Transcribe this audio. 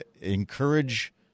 encourage